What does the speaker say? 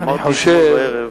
אמרתי אתמול בערב,